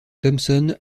thomson